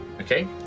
Okay